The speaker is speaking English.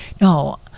No